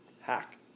Hack